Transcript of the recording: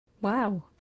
Wow